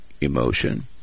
emotion